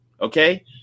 okay